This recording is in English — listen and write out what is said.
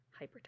hypertension